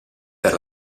per